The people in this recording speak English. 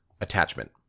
attachment